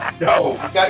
no